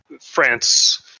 France-